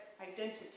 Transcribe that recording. identity